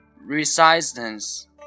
resistance